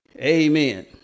Amen